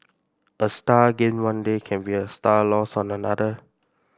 a star gained one day can be a star lost on another